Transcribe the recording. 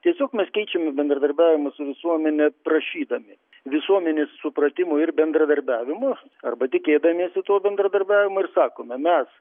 tiesiog mes keičiam bendradarbiavimą su visuomene prašydami visuomenės supratimo ir bendradarbiavimo arba tikėdamiesi to bendradarbiavimo ir sakome mes